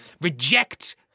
Reject